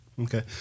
Okay